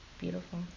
beautiful